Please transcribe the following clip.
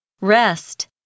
rest